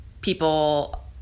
people